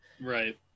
right